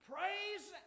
Praise